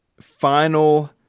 Final